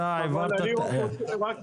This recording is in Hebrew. רק,